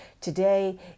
today